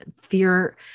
fear